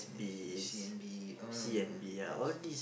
C_N_B oh I see